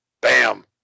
Bam